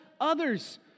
others